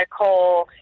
Nicole